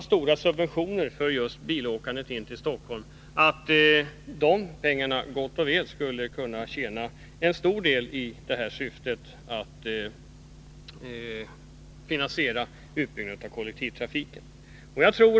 Subventionerna till bilåkandet in till Stockholm är så stora att de pengarna gott och väl skulle kunna finansiera en stor del av en utbyggnad av kollektivtrafiken.